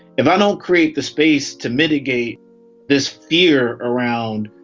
if i don't create the space to mitigate this fear around,